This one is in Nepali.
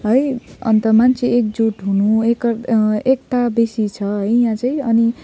अन्त मान्छे एकजुट हुनु एक भएर एकता बेसी छ है यहाँ चाहिँ अनि